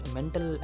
Mental